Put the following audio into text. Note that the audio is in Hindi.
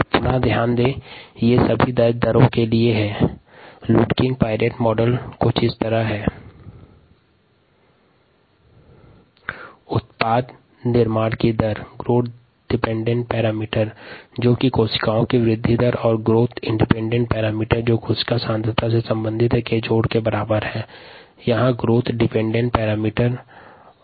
दर के सन्दर्भ में लुड्किंग पाईरेट मॉडल इस प्रकार है rpαrxβx उत्पाद निर्माण की दर ग्रोथ इंडिपेंडेंट पैरामीटर अर्थात कोशिका वृद्धि की दर और ग्रोथ इंडिपेंडेंट पैरामीटर अर्थात कोशिका सांद्रता के योग के बराबर है